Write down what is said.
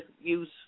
use